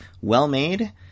well-made